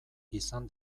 izan